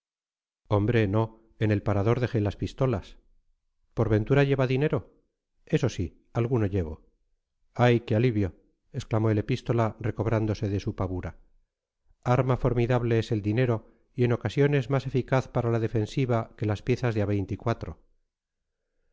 hombre no en el parador dejé las pistolas por ventura lleva dinero eso sí alguno llevo ay qué alivio exclamó el epístola recobrándose de su pavura arma formidable es el dinero y en ocasiones más eficaz para la defensiva que las piezas de a veinticuatro